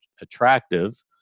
attractive